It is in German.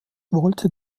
wollte